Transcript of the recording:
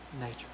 nature